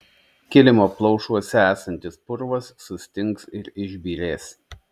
kilimo plaušuose esantis purvas sustings ir išbyrės